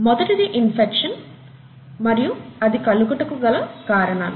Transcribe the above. మొదటిది ఇన్ఫెక్షన్ మరియు అది కలుగుటకు గల కారణాలు